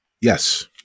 Yes